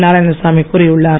நாராயணசாமி கூறியுள்ளார்